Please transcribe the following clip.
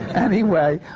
anyway,